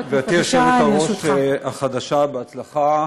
גברתי היושבת-ראש החדשה, בהצלחה.